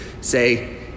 say